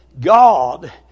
God